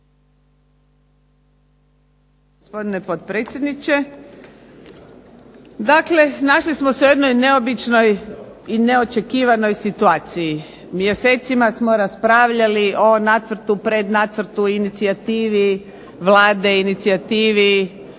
gospodine potpredsjedniče. Dakle, našli smo se u jednoj neobičnoj i neočekivanoj situaciji. Mjesecima smo raspravljali o nacrtu, prednacrtu, inicijativi Vlade, inicijativi